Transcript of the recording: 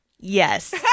Yes